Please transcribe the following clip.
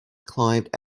climbed